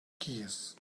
gears